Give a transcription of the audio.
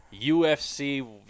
UFC